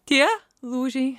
tie lūžiai